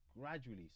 gradually